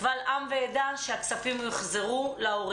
מעל דוכן הכנסת קבל עם ועדה שהכספים יוחזרו להורים.